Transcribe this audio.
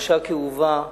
פרשה כאובה.